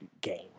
game